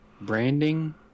branding